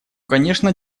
конечно